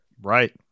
Right